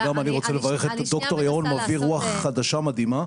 גם אני רוצה לברך את ד"ר ירון שמביא רוח חדשה מדהימה.